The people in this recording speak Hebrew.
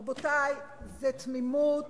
רבותי, זו תמימות